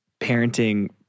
parenting